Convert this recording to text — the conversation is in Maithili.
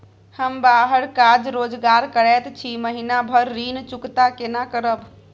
हम बाहर काज रोजगार करैत छी, महीना भर ऋण चुकता केना करब?